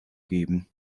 geben